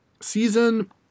season